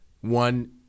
one